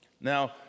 Now